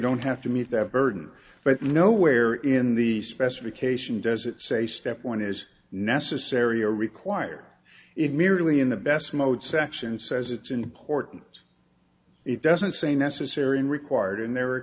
don't have to meet that burden but nowhere in the specification does it say step one is necessary or require it merely in the best mode section says it's an important it doesn't say necessary and required and the